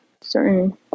certain